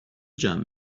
جمع